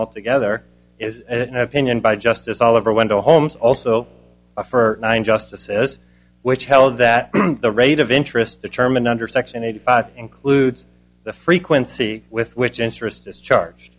all together is an opinion by justice all over wendell holmes also for nine justices which held that the rate of interest determined under section eighty five includes the frequency with which interest is charge